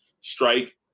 strike